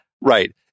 Right